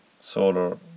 solar